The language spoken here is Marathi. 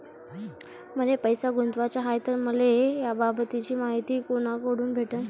मले पैसा गुंतवाचा हाय तर मले याबाबतीची मायती कुनाकडून भेटन?